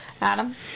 Adam